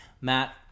Matt